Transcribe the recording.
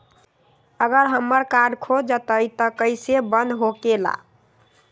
अगर हमर कार्ड खो जाई त इ कईसे बंद होकेला?